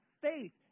faith